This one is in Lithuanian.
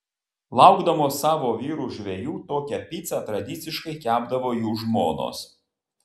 laukdamos savo vyrų žvejų tokią picą tradiciškai kepdavo jų žmonos